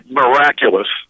miraculous